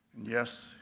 yes,